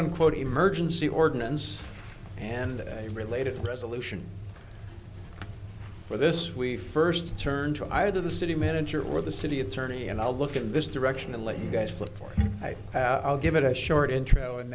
unquote emergency ordinance and a related resolution for this we first turn to either the city manager or the city attorney and i'll look in this direction and let you guys for for i i'll give it a short intro and